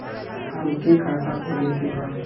हमके खाता खोले के बा?